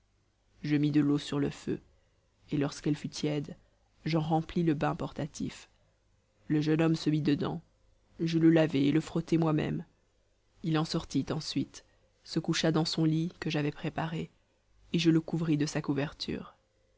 je mis de l'eau sur le feu et lorsqu'elle fut tiède j'en remplis le bain portatif le jeune homme se mit dedans je le lavai et le frottai moi-même il en sortit ensuite se coucha dans son lit que j'avais préparé et je le couvris de sa couverture